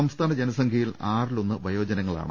സംസ്ഥാന ജന സംഖ്യയിൽ ആറിലൊന്ന് വയോജനങ്ങളാണ്